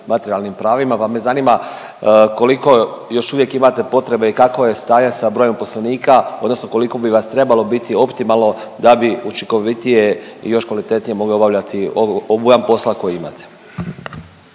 materijalnim pravima. Pa me zanima koliko još uvijek imate potrebe i kakvo je stanje sa brojem uposlenika, odnosno koliko bi vas trebalo biti optimalno da bi učinkovitije i još kvalitetnije mogli obavljati obujam posla koji imate.